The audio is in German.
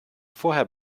vorher